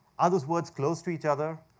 are those words close to each other?